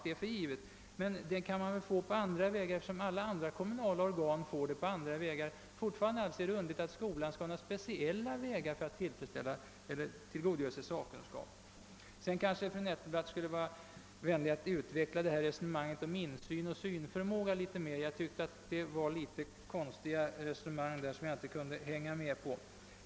Det vore underligt om skolan skulle behöva gå en annan väg än övriga kommunala organ för att få tillgång till sakkunskap. Sedan ber jag fru Nettelbrandt att litet närmare utveckla det hon sade om insyn och synförmåga. Jag tyckte att resonemanget var litet konstigt, och jag kunde inte hänga med.